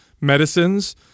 medicines